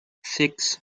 six